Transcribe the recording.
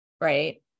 right